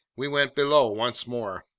we went below once more.